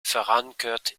verankerd